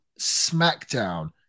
SmackDown